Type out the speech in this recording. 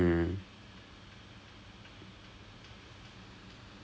right and and once you go to a company its not like